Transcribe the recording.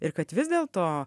ir kad vis dėl to